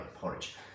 porridge